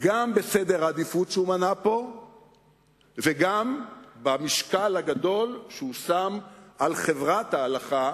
גם בסדר העדיפות שהוא מנה פה וגם במשקל הגדול שהוא שם על חברת ההלכה